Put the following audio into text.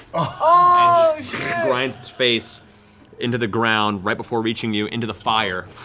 ah grinds its face into the ground right before reaching you, into the fire.